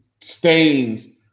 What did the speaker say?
stains